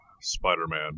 Spider-Man